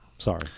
Sorry